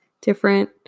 different